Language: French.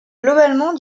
globalement